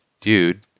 dude